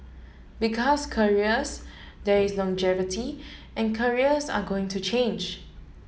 because careers there is longevity and careers are going to change